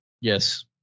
Yes